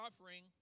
offering